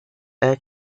air